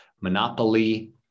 Monopoly